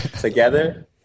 together